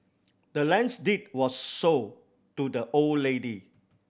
the land's deed was sold to the old lady